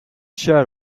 shirt